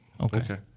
Okay